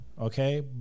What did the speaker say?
okay